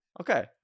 Okay